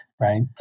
right